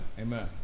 Amen